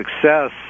success